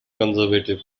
conservative